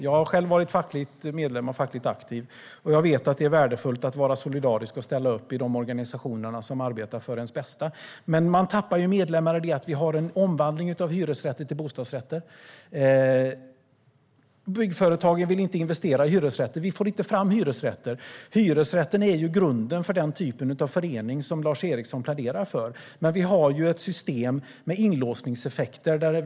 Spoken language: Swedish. Jag har själv varit fackligt aktiv, och jag vet att det är värdefullt att vara solidarisk och ställa upp i de organisationer som arbetar för ens bästa. Men man tappar medlemmar på grund av att hyresrätter omvandlas till bostadsrätter. Byggföretagen vill inte investera i hyresrätter. Vi får inte fram hyresrätter. Hyresrätten är grunden för den typen av förening som Lars Eriksson pläderar för. Men systemet har inlåsningseffekter.